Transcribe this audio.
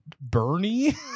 Bernie